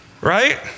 Right